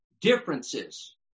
differences